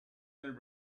little